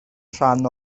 rhan